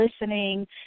listening